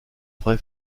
vrai